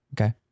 Okay